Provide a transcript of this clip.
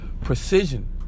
precision